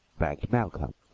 begged malcolm,